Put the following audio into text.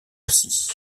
aussi